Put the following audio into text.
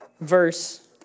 verse